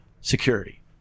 security